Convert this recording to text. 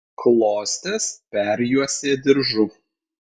klostes perjuosė diržu